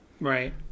Right